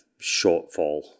shortfall